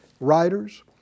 writers